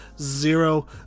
zero